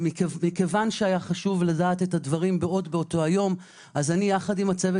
מכיוון שהיה חשוב לדעת את הדברים עוד באותו היום אז יחד עם הצוות